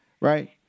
right